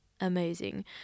amazing